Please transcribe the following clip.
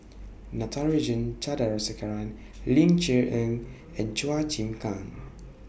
Natarajan Chandrasekaran Ling Cher Eng and Chua Chim Kang